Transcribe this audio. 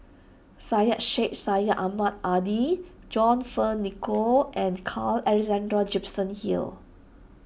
Syed Sheikh Syed Ahmad Adi John Fearns Nicoll and Carl Alexander Gibson Hill